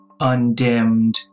undimmed